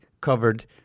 covered